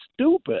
stupid –